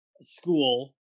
school